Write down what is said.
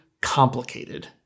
complicated